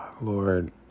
Lord